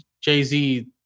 jay-z